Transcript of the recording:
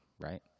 Right